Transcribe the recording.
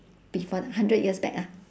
before hundred years back ah